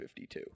52